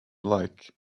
like